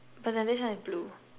percentage one is blue